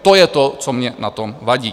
To je to, co mně na tom vadí.